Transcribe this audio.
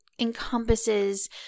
encompasses